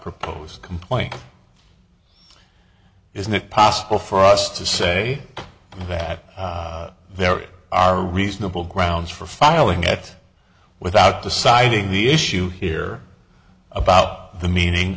proposed complaint isn't it possible for us to say that there are reasonable grounds for filing it without deciding the issue here about the meaning